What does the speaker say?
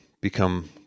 become